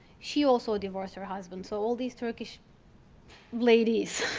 she also divorced her husband, so all these turkish ladies,